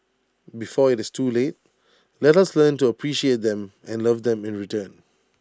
before IT is too late let us learn to appreciate them and love them in return